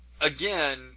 Again